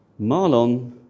Marlon